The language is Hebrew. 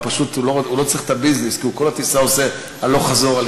הוא פשוט לא צריך את הביזנס כי הוא כל הטיסה עושה הליכה הלוך חזור,